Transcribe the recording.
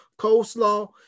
coleslaw